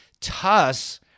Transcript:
Tuss